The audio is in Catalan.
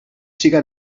siga